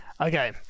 Okay